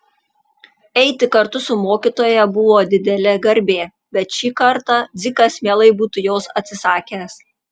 eiti kartu su mokytoja buvo didelė garbė bet šį kartą dzikas mielai būtų jos atsisakęs